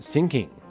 Sinking